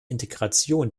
integration